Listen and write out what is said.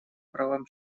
правам